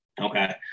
Okay